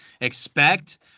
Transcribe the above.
expect